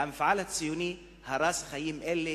והמפעל הציוני הרס חיים אלה